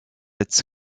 its